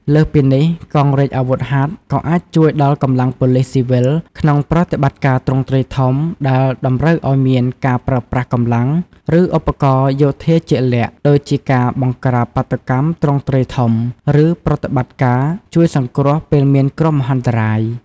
លើសពីនេះ កងរាជអាវុធហត្ថក៏អាចជួយដល់កម្លាំងប៉ូលិសស៊ីវិលក្នុងប្រតិបត្តិការទ្រង់ទ្រាយធំដែលតម្រូវឲ្យមានការប្រើប្រាស់កម្លាំង ឬឧបករណ៍យោធាជាក់លាក់ ដូចជាការបង្ក្រាបបាតុកម្មទ្រង់ទ្រាយធំ ឬប្រតិបត្តិការជួយសង្គ្រោះពេលមានគ្រោះមហន្តរាយ។